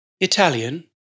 Italian